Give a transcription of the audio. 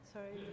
Sorry